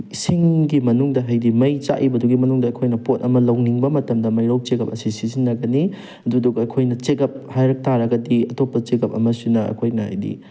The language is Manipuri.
ꯁꯤꯡꯒꯤ ꯃꯅꯨꯡꯗ ꯍꯥꯏꯗꯤ ꯃꯩ ꯆꯥꯛꯏꯕꯗꯨꯒꯤ ꯃꯅꯨꯡꯗ ꯑꯩꯈꯣꯏꯅ ꯄꯣꯠ ꯑꯃ ꯂꯧꯅꯤꯡꯕ ꯃꯇꯝꯗ ꯃꯩꯔꯧ ꯆꯦꯒꯞ ꯑꯁꯤ ꯁꯤꯖꯤꯟꯅꯒꯅꯤ ꯑꯗꯨꯗꯨꯒ ꯑꯩꯈꯣꯏꯅ ꯆꯦꯒꯞ ꯍꯥꯏꯔꯛ ꯇꯥꯔꯒꯗꯤ ꯑꯇꯣꯞꯄ ꯆꯦꯒꯞ ꯑꯃꯁꯤꯅ ꯑꯩꯈꯣꯏꯅ ꯍꯥꯏꯗꯤ